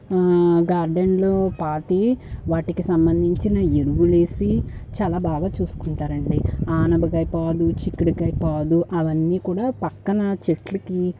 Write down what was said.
గార్డెన్లో పాతీ వాటికి సంబంధించిన ఎరువు వేసి చాలా బాగా చూసుకుంటారండి అనాపకాయి పాదు చిక్కుడుకాయి పాదు అవన్నీ కూడా పక్కన చెట్లకి